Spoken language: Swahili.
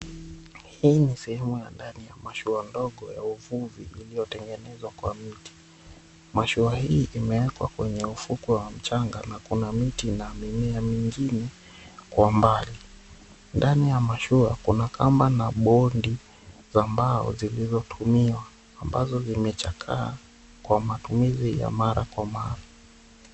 Hii ni sehemu ya ndani ya mashua ndogo ya uvuvi iliyotengenezwa kwa miti. Mashua hii imewekwa kwenye ufukwe wa mchanga, na kuna miti na mimea mingine kwa mbali. Ndani ya mashua kuna kamba na bodi za mbao ambazo zilizotumiwa, ambazo zimechakaa kwa matumizi ya mara kwa mara.